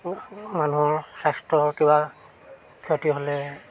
মানুহৰ স্বাস্থ্য কিবা ক্ষতি হ'লে